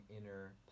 inner